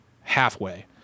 halfway